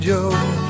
Joe